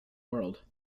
world